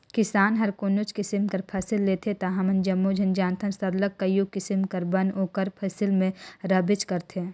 किसान हर कोनोच किसिम कर फसिल लेथे ता हमन जम्मो झन जानथन सरलग कइयो किसिम कर बन ओकर फसिल में रहबेच करथे